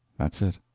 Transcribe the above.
that's it.